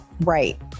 Right